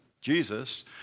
Jesus